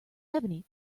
ebony